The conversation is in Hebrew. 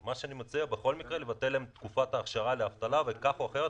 מה שאני מציע בכל מקרה זה לבטל להם את תקופת האכשרה לאבטלה וכך או אחרת,